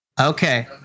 Okay